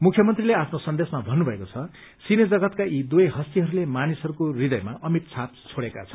मुख्यमन्त्रीले आफ्नो सन्देशमा भन्नुभएको छ सिने जगतका यी दुवै हस्तीहरूले मानिसहरूको हृदयमा अमिट छाप छोड़ेका छन्